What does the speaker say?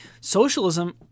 Socialism